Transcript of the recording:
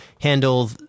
handle